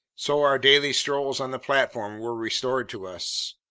so our daily strolls on the platform were restored to us.